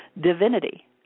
divinity